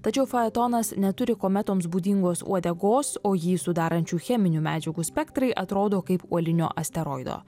tačiau faetonas neturi kometoms būdingos uodegos o jį sudarančių cheminių medžiagų spektrai atrodo kaip uolinio asteroido